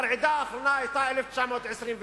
הרעידה האחרונה היתה ב-1929.